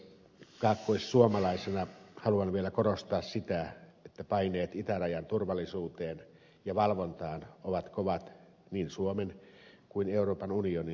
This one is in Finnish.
kaakkoissuomalaisena haluan vielä korostaa sitä että paineet itärajan turvallisuuteen ja valvontaan ovat kovat niin suomen kuin euroopan unionin osalta